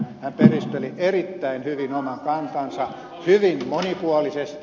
hän perusteli erittäin hyvin oman kantansa hyvin monipuolisesti